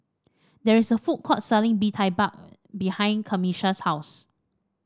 there is a food court selling Bee Tai Mak behind Camisha's house